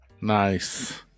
Nice